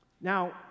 Now